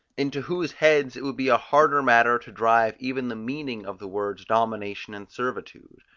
into whose heads it would be a harder matter to drive even the meaning of the words domination and servitude.